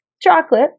Chocolate